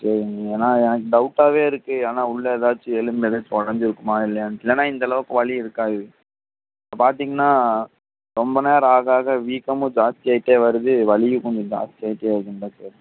ஏனால் எனக்கு டவுட்டாகவேருக்கு ஆனால் உள்ளே ஏதாச்சும் எலும்பு ஏதாச்சும் உடஞ்சிருக்குமா இல்லையான்ட்டு இல்லைனா இந்தளவுக்கு வலி இருக்காது பார்த்திங்னா ரொம்ப நேரம் ஆக ஆக வீக்கமும் ஜாஸ்தியாகிட்டே வருது வலியும் கொஞ்சம் ஜாஸ்தியாகிட்டே வருதுங்க டாக்டர்